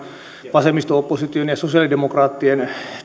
vasemmisto opposition ja sosialidemokraattien